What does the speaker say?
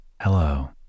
Hello